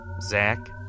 Zach